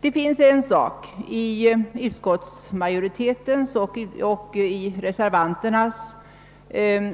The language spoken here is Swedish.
Beträffande en sak i utskottsmajoritetens och reservanternas